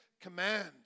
command